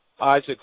Isaac